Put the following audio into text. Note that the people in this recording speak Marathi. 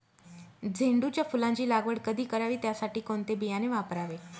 झेंडूच्या फुलांची लागवड कधी करावी? त्यासाठी कोणते बियाणे वापरावे?